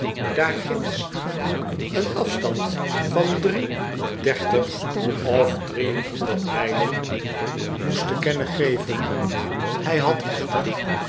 daarginds een afstand van drie dertig of driehonderd mijlen moest te kennen geven hij had echter